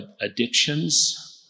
addictions